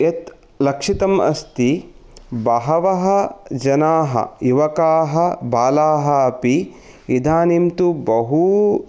यत् लक्षितम् अस्ति बहवः जनाः युवकाः बालाः अपि इदानिं तु बहु